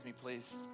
please